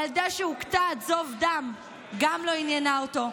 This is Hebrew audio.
גם הילדה שהוכתה עד זוב דם לא עניינה אותו.